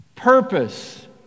Purpose